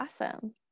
awesome